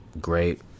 great